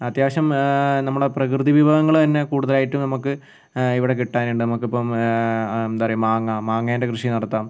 അത്യാവശ്യം നമ്മുടെ പ്രകൃതി വിഭവങ്ങൾ തന്നെ കൂടുതലായിട്ടും നമുക്ക് ഇവിടെ കിട്ടാൻ ഉണ്ട് നമുക്ക് ഇപ്പം എന്താണ് പറയുക മാങ്ങ മാങ്ങേൻ്റെ കൃഷി നടത്താം